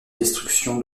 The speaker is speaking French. destruction